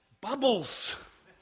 bubbles